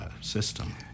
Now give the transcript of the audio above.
system